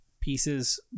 pieces